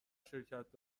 شرکت